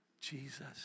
Jesus